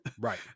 Right